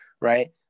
right